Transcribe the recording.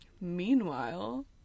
meanwhile